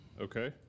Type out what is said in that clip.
Okay